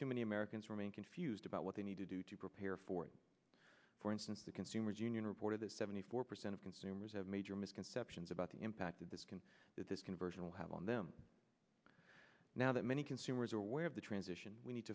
too many americans remain confused about what they need to do to prepare for for instance the consumer's union reported that seventy four percent of consumers have major misconceptions about the impact that this can this conversion will have on them now that many consumers are aware of the transition we need